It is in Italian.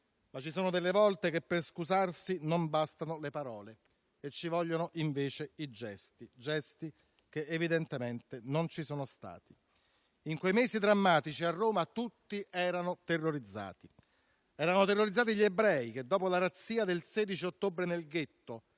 ma ci sono volte che, per scusarsi, non bastano le parole e servono, invece, i gesti; gesti che, evidentemente, non ci sono stati. In quei mesi, a Roma, tutti erano terrorizzati. Erano terrorizzati gli ebrei che, dopo la razzia del 16 ottobre nel Ghetto,